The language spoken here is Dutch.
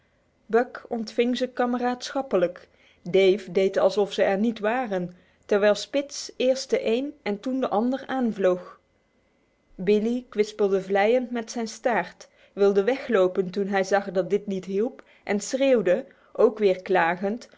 buck ontving hen kameraadschappelijk dave deed alsof ze er niet waren terwijl spitz eerst den een en toen den ander aanvloog billee kwispelde vleiend met zijn staart wilde weglopen toen hij zag dat het niet hielp en schreeuwde ook weer